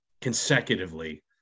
consecutively